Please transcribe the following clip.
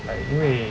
like 因为